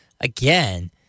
again